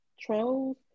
Trolls